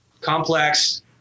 Complex